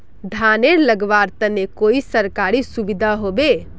धानेर लगवार तने कोई सरकारी सुविधा होबे?